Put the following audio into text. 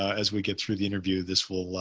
as we get through the interview, this will, ah,